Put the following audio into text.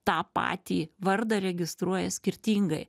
tą patį vardą registruoja skirtingai